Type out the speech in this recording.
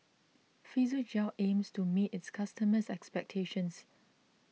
Physiogel aims to meet its customers' expectations